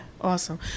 awesome